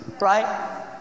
right